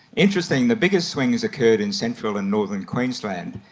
interesting, the biggest swings occurred in central and northern queensland,